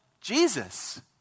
Jesus